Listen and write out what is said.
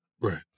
Right